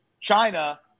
China